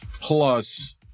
Plus